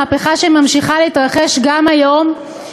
מהפכה שממשיכה להתרחש גם היום,